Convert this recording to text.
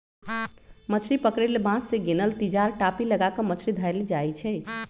मछरी पकरे लेल बांस से बिनल तिजार, टापि, लगा क मछरी धयले जाइ छइ